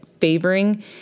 favoring